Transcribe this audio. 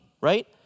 Right